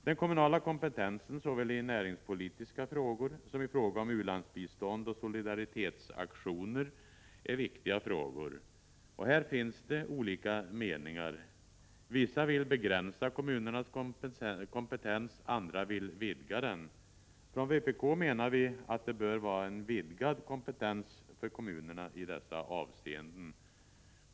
Den kommunala kompetensen såväl i näringspolitiska frågor som i fråga om u-landsbistånd och solidaritetsaktioner är viktiga frågor. Här finns det olika meningar. Vissa vill begränsa kommunernas kompetens, andra vill vidga den. Från vpk menar vi att det bör vara en vidgad kompetens för kommunerna i dessa avseenden.